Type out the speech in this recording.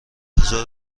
هزار